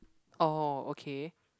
oh okay